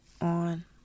on